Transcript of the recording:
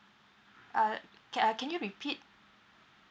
uh ca~ uh can you repeat